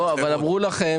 אבל אמרו לכם